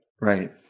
right